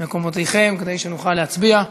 מקומותיכם כדי שנוכל להצביע,